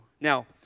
Now